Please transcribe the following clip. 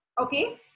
Okay